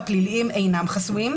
הרבה פעמים ייקח מעבר לשנה וחצי.